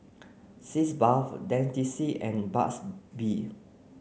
Sitz bath Dentiste and Burt's bee